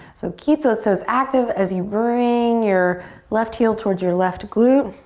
so keep those toes active as you bring your left heel towards your left glue.